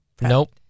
nope